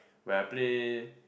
where I play